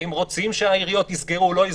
האם רוצים שהעיריות יסגרו או לא יסגרו.